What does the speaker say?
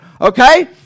Okay